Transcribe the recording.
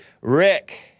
Rick